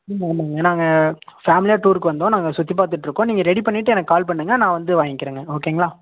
ம் ஆமாங்க நாங்கள் ஃபேமிலியாக டூருக்கு வந்தோம் நாங்கள் சுற்றி பார்த்துட்ருக்கோம் நீங்கள் ரெடி பண்ணிவிட்டு எனக்கு கால் பண்ணுங்க நான் வந்து வாங்கிறேங்க ஓகேங்களா